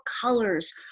colors